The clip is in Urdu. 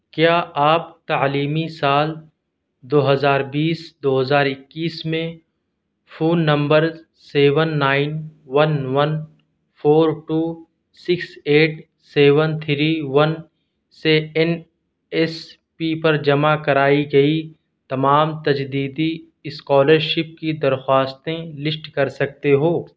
کیا آپ تعلیمی سال دو ہزار بیس دو ہزار اکیس میں phone number seven nine one one four two six eight seven three one سے این ایس پی پر جمع کرائی گئی تمام تجدیدی اسکالرشپ کی درخواستیں لسٹ کر سکتے ہو